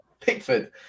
Pickford